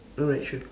alright sure